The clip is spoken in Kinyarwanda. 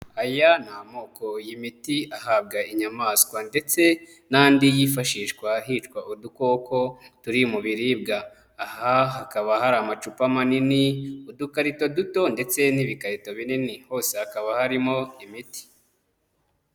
Aya ni amoko y'imiti ahabwa inyamaswa ndetse n'andi yifashishwa hicwa udukoko turi mu biribwa, aha hakaba hari amacupa manini, udukarita duto ndetse n'ibikarito binini hose hakaba harimo imiti.